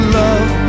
love